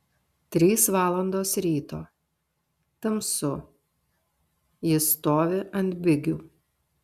trys valandos ryto tamsu jis stovi ant bigių